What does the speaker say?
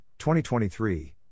2023